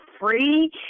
free